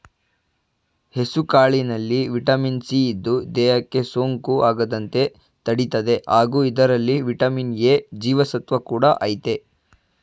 ಹೆಸುಕಾಳಿನಲ್ಲಿ vitamin C ಇದ್ದು, ದೇಹಕ್ಕೆ ಸೋಂಕು ಆಗದಂತೆ ತಡಿತದೆ ಹಾಗೂ ಇದರಲ್ಲಿ ವಿಟಮಿನ್ ಎ ಜೀವಸತ್ವ ಕೂಡ ಆಯ್ತೆ